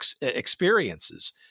experiences